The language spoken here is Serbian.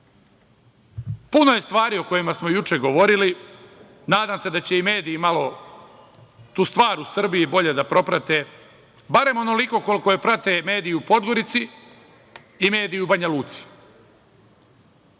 je stvari o kojima smo juče govorili. Nadam se da će i mediji malo tu stvar u Srbiji bolje da proprate, barem onoliko koliko je prate mediji u Podgorici i mediji u Banjaluci. Ja